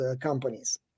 companies